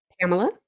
Pamela